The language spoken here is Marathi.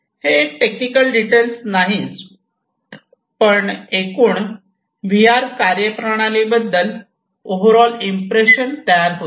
हे टेक्निकल डिटेल्स नाहीत पण एकूण व्ही आर कार्यप्रणाली बद्दल ओव्हर ऑल इम्प्रेशन तयार होते